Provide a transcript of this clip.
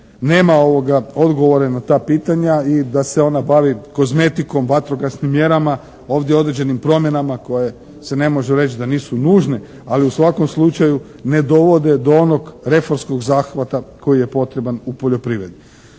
nema odgovore na ta pitanja i da se ona bavi kozmetikom, vatrogasnim mjerama, ovdje određenim promjenama koje se ne mogu reći da nisu nužne. Ali u svakom slučaju ne dovode do onog reformskog zahvata koji je potreban u poljoprivredi.